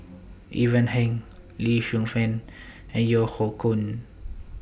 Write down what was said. Ivan Heng Lee Shu Fen and Yeo Hoe Koon